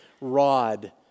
rod